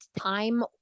time